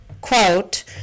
quote